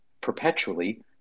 perpetually